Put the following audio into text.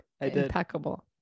impeccable